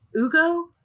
Ugo